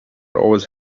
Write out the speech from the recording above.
always